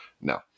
no